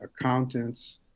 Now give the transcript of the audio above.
accountants